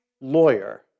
lawyer